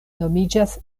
nomiĝas